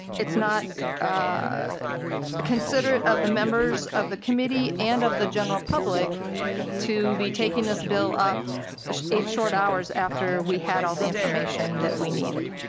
not considerate of the members of the committee and of the general public to be taking this bill up eight short hours after we had all the information that we needed.